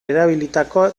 erabilitako